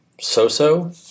so-so